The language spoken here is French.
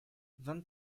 vingt